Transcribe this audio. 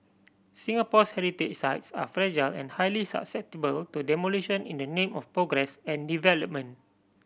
Singapore's heritage sites are fragile and highly susceptible to demolition in the name of progress and development